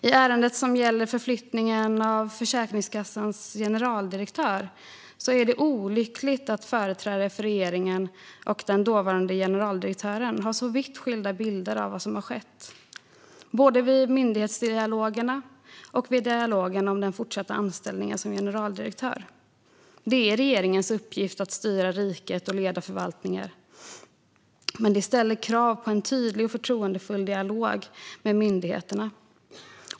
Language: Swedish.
I ärendet som gäller förflyttningen av Försäkringskassans generaldirektör är det olyckligt att företrädare för regeringen och den dåvarande generaldirektören har så vitt skilda bilder av vad som skett, både vid myndighetsdialogerna och vid dialogen om den fortsatta anställningen som generaldirektör. Det är "regeringens uppgift att styra riket och att leda förvaltningen". Men det "ställer krav på en tydlig och förtroendefull dialog med myndigheterna".